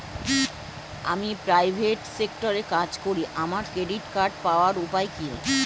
আমি প্রাইভেট সেক্টরে কাজ করি আমার ক্রেডিট কার্ড পাওয়ার উপায় কি?